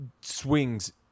swings